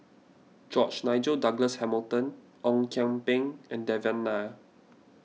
George Nigel Douglas Hamilton Ong Kian Peng and Devan Nair